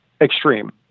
extreme